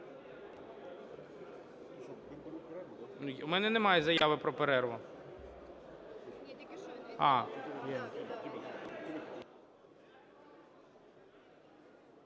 У мене немає заяви про перерву.